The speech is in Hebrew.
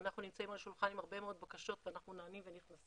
אנחנו נמצאים על השולחן עם הרבה מאוד בקשות ואנחנו נענים ונכנסים,